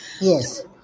Yes